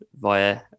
via